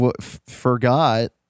forgot